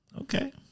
Okay